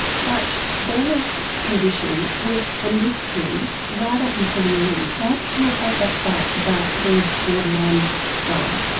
but bella's condition was a mystery right up until the end. why did you hold that back, about her borderline style?